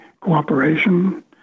cooperation